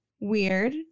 Weird